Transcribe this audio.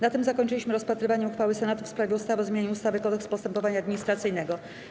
Na tym zakończyliśmy rozpatrywanie uchwały Senatu w sprawie ustawy o zmianie ustawy - Kodeks postępowania administracyjnego.